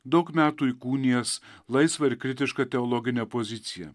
daug metų įkūnijęs laisvą ir kritišką teologinę poziciją